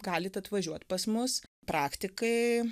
galit atvažiuot pas mus praktikai